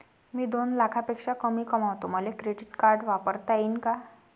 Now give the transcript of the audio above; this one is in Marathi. मी दोन लाखापेक्षा कमी कमावतो, मले क्रेडिट कार्ड वापरता येईन का?